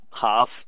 half